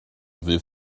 ddydd